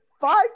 five